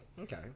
Okay